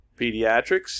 Pediatrics